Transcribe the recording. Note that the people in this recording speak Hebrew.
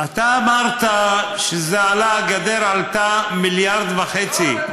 אתה אמרת שהגדר עלתה מיליארד וחצי.